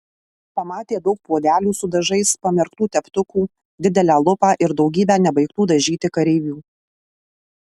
pamatė daug puodelių su dažais pamerktų teptukų didelę lupą ir daugybę nebaigtų dažyti kareivių